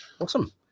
awesome